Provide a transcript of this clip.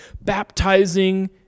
baptizing